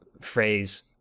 phrase